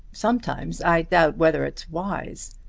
sometimes i doubt whether it's wise.